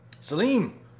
Salim